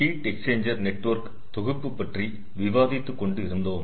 heat exchanger network தொகுப்பு பற்றி விவாதித்து கொண்டு இருந்தோம்